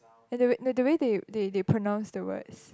the the way that they they pronouns the words